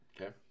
Okay